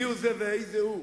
מיהו זה ואיזה הוא?